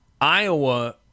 Iowa